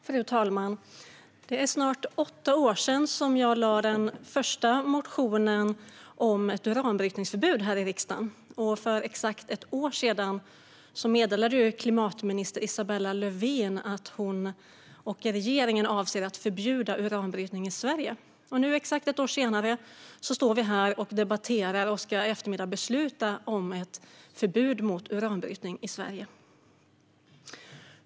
Fru talman! Det är snart åtta år sedan som jag här i riksdagen väckte den första motionen om ett uranbrytningsförbud. För exakt ett år sedan meddelade klimatminister Isabella Lövin att hon och regeringen avsåg att förbjuda uranbrytning i Sverige. Exakt ett år senare debatterar vi nu och ska i eftermiddag besluta om ett förbud mot uranbrytning i Sverige.